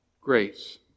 grace